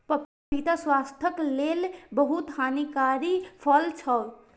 पपीता स्वास्थ्यक लेल बहुत हितकारी फल छै